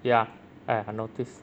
ya I I noticed